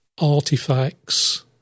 artifacts